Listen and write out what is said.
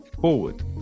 forward